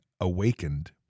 awakened